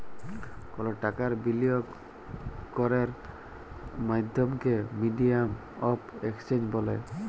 call টাকার বিলিয়গ ক্যরের মাধ্যমকে মিডিয়াম অফ এক্সচেঞ্জ ব্যলে